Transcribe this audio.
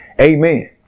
Amen